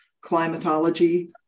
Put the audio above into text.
climatology